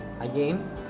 Again